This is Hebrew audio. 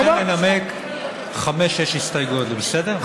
אני כן אנמק חמש-שש הסתייגויות, זה בסדר?